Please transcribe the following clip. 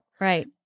right